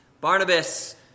Barnabas